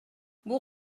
бул